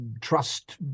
trust